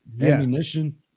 ammunition